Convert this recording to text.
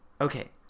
Okay